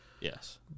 Yes